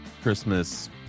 christmas